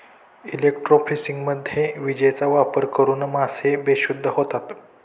इलेक्ट्रोफिशिंगमध्ये विजेचा वापर करून मासे बेशुद्ध होतात